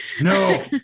no